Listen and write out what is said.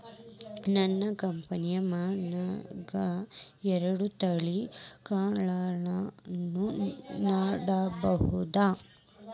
ನಾನ್ ಕೆಂಪ್ ಮಣ್ಣನ್ಯಾಗ್ ಎರಡ್ ತಳಿ ಕಾಳ್ಗಳನ್ನು ನೆಡಬೋದ?